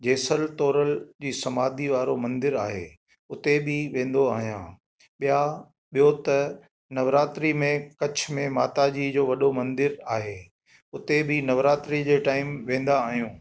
जेसल तोरल जी समाधी वारो मंदरु आहे हुते बि वेंदो आहियां ॿियां ॿियो त नवरात्रि में कच्छ में माता जी जो वॾो मंदरु आहे हुते बि नवरात्रि जे टाइम वेंदा आहियूं